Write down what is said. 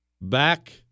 Back